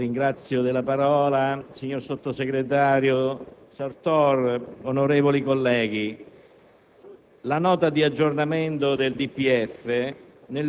prego.